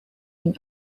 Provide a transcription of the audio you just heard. been